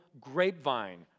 grapevine